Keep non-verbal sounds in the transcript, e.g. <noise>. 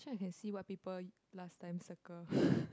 actually I can see what people last time circle <breath>